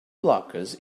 blockers